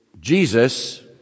Jesus